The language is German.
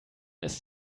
ist